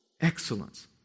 excellence